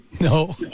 No